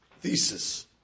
thesis